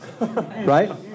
Right